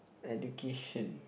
education